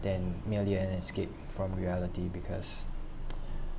than merely an escape from reality because